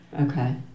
Okay